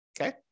okay